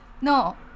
No